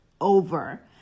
over